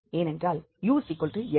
ஏனென்றால் ux